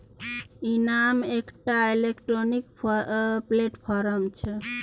इनाम एकटा electronic platform छै